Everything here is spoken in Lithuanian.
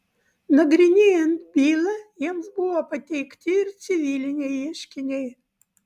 nagrinėjant bylą jiems buvo pateikti ir civiliniai ieškiniai